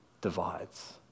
divides